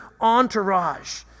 entourage